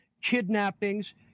kidnappings